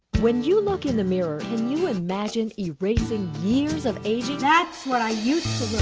when you look in the mirror, can you imagine erasing years of aging? that's what i used